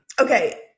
Okay